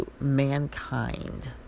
mankind